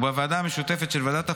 ובוועדה המשותפת של ועדת החוקה,